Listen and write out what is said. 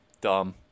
Dumb